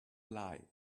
lie